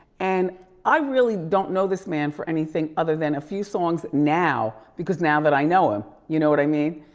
and i really don't know this man for anything other than a few songs now, because now that i know him, you know what i mean?